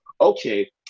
okay